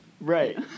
Right